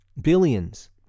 Billions